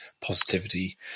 positivity